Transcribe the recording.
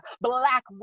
Black